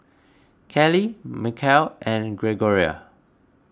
Callie Mikel and Gregoria